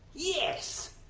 yes.